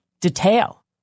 detail